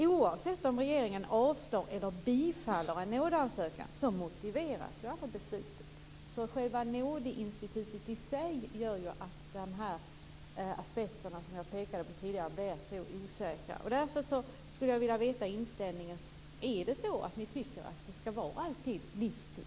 Oavsett om regeringen avslår eller bifaller en nådeansökan motiveras aldrig beslutet. Nådeinstitutet i sig gör att de aspekter jag tidigare har pekat på blir så osäkra. Anser ni att det alltid skall vara fråga om livstid?